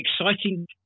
exciting